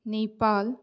Nepal